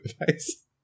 advice